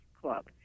Club